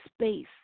space